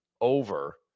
over